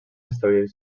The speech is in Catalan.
establir